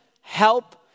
help